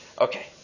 Okay